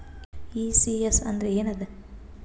ECS ಅಂದ್ರ ಏನದ?